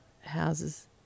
houses